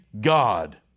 God